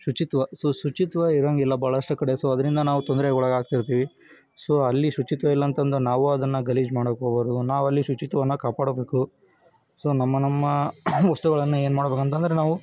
ಶುಚಿತ್ವ ಸೊ ಶುಚಿತ್ವ ಇರೋಂಗಿಲ್ಲ ಭಾಳಷ್ಟು ಕಡೆ ಸೊ ಅದರಿಂದ ನಾವು ತೊಂದ್ರೆಗೆ ಒಳಗಾಗ್ತಿರ್ತೀವಿ ಸೊ ಅಲ್ಲಿ ಶುಚಿತ್ವ ಇಲ್ಲ ಅಂತಂದು ನಾವು ಅದನ್ನು ಗಲೀಜು ಮಾಡೋಕೆ ಹೋಗಬಾರ್ದು ನಾವು ಅಲ್ಲಿ ಶುಚಿತ್ವವನ್ನು ಕಾಪಾಡಬೇಕು ಸೊ ನಮ್ಮ ನಮ್ಮ ವಸ್ತುಗಳನ್ನು ಏನು ಮಾಡಬೇಕಂತಂದ್ರೆ ನಾವು